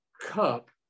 cup